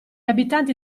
abitanti